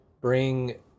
bring